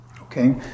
Okay